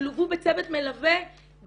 שלוו בצוות מלווה,